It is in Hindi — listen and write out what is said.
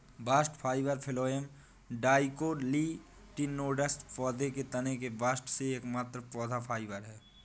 बास्ट फाइबर फ्लोएम डाइकोटिलेडोनस पौधों के तने के बास्ट से एकत्र पौधा फाइबर है